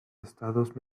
estados